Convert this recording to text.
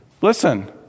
Listen